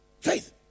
Faith